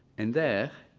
and there,